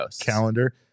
calendar